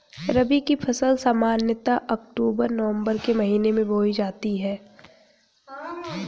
रबी की फ़सल सामान्यतः अक्तूबर नवम्बर के महीने में बोई जाती हैं